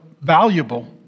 valuable